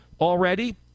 already